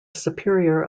superior